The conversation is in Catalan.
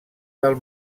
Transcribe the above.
del